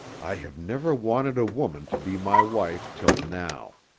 i have never wanted a woman to be my wife till now.